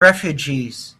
refugees